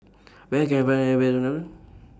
Where Can I Find The Best Unadon